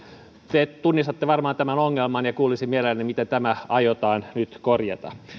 te tunnistatte varmaan tämän ongelman ja kuulisin mielelläni miten tämä aiotaan nyt korjata